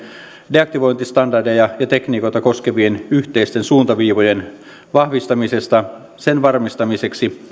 deaktivointistandardeja ja tekniikoita koskevien yhteisten suuntaviivojen vahvistamisesta sen varmistamiseksi